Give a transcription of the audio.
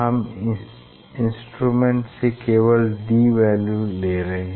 हम इंस्ट्रूमेंट से केवल d वैल्यू ले रहे हैं